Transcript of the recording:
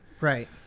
Right